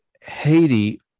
Haiti